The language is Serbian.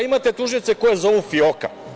Imate tužioce koje zovu fioka.